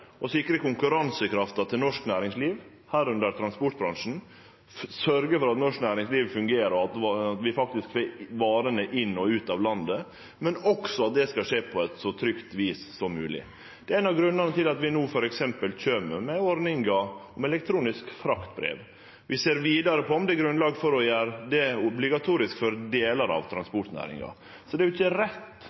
sikre konkurransekrafta til norsk næringsliv – irekna transportbransjen – sørgje for at norsk næringsliv fungerer og vi faktisk får varene inn og ut av landet, og at dette skal skje på eit så trygt vis som mogleg. Det er ein av grunnane til at vi no f.eks. kjem med ordninga med elektroniske fraktbrev. Vi ser vidare på om det er grunnlag for å gjere det obligatorisk for delar av transportnæringa. Så det er ikkje rett,